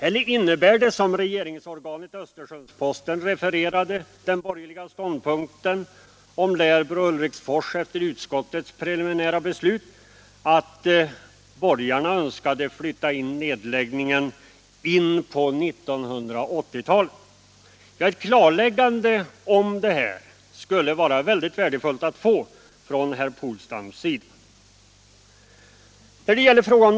Eller innebär det, såsom regeringsorganet Östersunds-Posten refererade den borgerliga ståndpunkten om Lärbro och Ulriksfors efter utskottets preliminära beslut, att borgarna önskar flytta nedläggningen in på 1980-talet? Det skulle vara mycket värdefullt att få ett klarläggande om detta från herr Polstam.